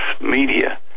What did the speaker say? Media